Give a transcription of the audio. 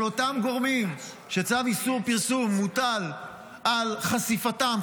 אבל אותם גורמים שצו איסור פרסום מוטל על חשיפתם,